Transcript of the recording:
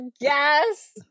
Yes